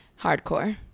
hardcore